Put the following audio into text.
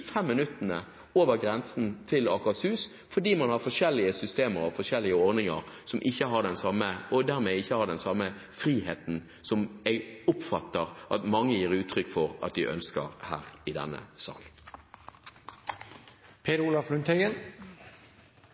fem minuttene over grensen til Akershus, fordi man har forskjellige systemer og forskjellige ordninger, og dermed ikke har den samme friheten som jeg oppfatter at mange her i denne sal gir uttrykk for at de ønsker. Alle mennesker har rett til et aktivt liv. Det vi snakker om her,